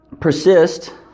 persist